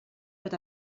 per